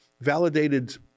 validated